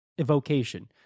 evocation